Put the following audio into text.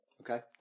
Okay